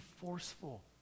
forceful